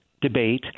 debate